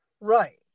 right